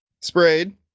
sprayed